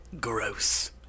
Gross